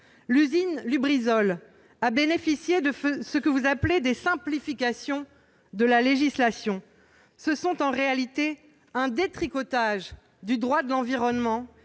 L'usine Lubrizol a bénéficié de ce que vous appelez des « simplifications » de la législation. Il s'agit en réalité d'un détricotage du droit de l'environnement